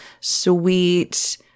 sweet